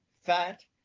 fat